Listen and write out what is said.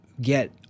get